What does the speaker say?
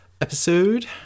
episode